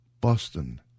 Boston